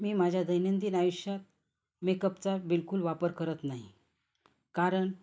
मी माझ्या दैनंदिन आयुष्यात मेकअपचा बिलकुल वापर करत नाही कारण